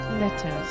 letters